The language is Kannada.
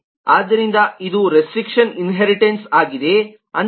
ಆದ್ದರಿಂದ ಇದು ರೆಸ್ಟ್ರಿಕ್ಷನ್ ಇನ್ಹೇರಿಟನ್ಸ್ ಆಗಿದೆ